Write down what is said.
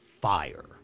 fire